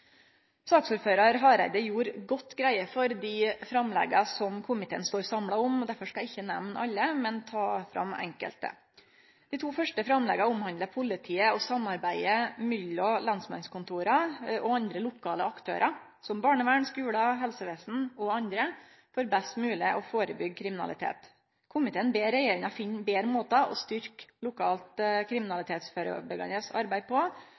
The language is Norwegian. greie for dei framlegga som komiteen står samla om. Derfor skal eg ikkje nemne alle, men vil trekkje fram enkelte. Dei to første framlegga omhandlar politiet og samarbeidet mellom lensmannskontora og andre lokale aktørar, som barnevernet, skular, helsevesenet og andre for best mogleg å kunne førebyggje kriminalitet. Komiteen ber regjeringa finne betre måtar å styrkje lokalt kriminalitetsførebyggjande arbeid på